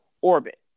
orbit